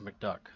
McDuck